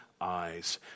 eyes